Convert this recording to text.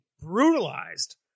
brutalized